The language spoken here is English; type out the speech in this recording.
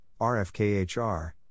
RFKHR